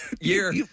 year